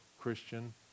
Christian